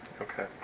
Okay